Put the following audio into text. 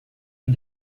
and